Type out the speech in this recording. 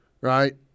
right